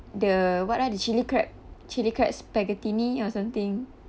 the what ah the chilli crab chilli crab spaghettini or something